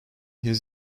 his